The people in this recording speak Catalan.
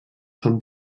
són